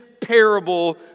parable